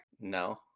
No